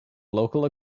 local